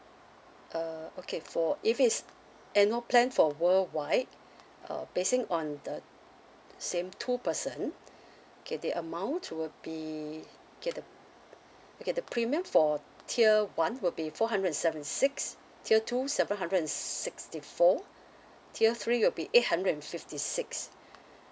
uh okay for if it's annual plan for worldwide uh basing on the same two person okay the amount would be okay the okay the premium for tier one will be four hundred and seventy six tier two seven hundred and sixty four tier three will be eight hundred and fifty six